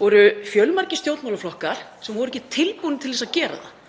voru fjölmargir stjórnmálaflokkar sem voru ekki tilbúnir til að gera það.